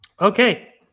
Okay